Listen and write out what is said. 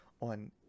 on